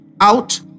out